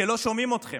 שלא שומעים אתכם?